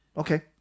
Okay